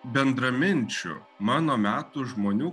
bendraminčių mano metų žmonių